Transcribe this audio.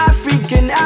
African